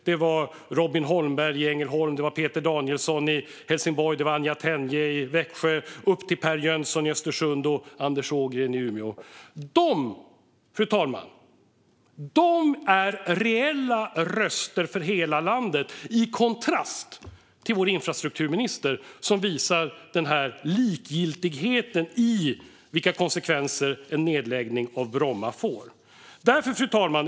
Det var Robin Holmberg i Ängelholm, Peter Danielsson i Helsingborg, Anja Tenje i Växjö, Pär Jönsson i Östersund och Anders Ågren i Umeå. De är reella röster för hela landet i kontrast till vår infrastrukturminister som visar sin likgiltighet för vilka konsekvenser en nedläggning av Bromma får. Fru talman!